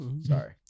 Sorry